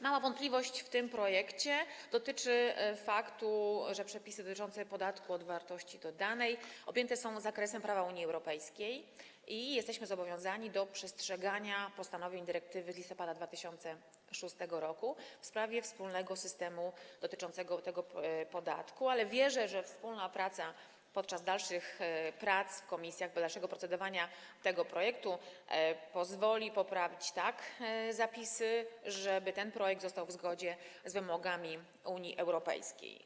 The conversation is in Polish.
Mała wątpliwość co do tego projektu dotyczy faktu, że przepisy dotyczące podatku od wartości dodanej objęte są zakresem prawa Unii Europejskiej i jesteśmy zobowiązani do przestrzegania postanowień dyrektywy z listopada 2006 r. w sprawie wspólnego systemu dotyczącego tego podatku, ale wierzę, że wspólna dalsza praca w komisjach, dalsze procedowanie nad tym projektem, pozwoli tak poprawić zapisy, żeby ten projekt pozostał w zgodzie z wymogami Unii Europejskiej.